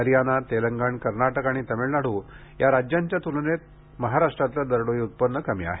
हरियाना तेलंगण कर्नाटक आणि तामिळनाडू राज्यांच्या त्लनेत राज्यातलं दरडोई उत्पन्न कमी आहे